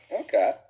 Okay